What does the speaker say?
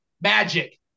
Magic